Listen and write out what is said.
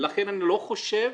אני לא מבין.